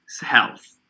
health